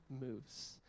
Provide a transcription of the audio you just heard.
moves